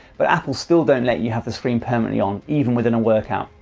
but apple still don't let you have the screen permanently on, even within a workout,